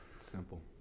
simple